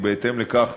ובהתאם לכך,